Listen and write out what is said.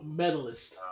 medalist